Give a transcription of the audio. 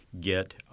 get